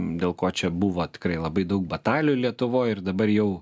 dėl ko čia buvo tikrai labai daug batalijų lietuvoj ir dabar jau